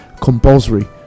compulsory